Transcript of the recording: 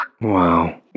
Wow